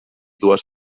dues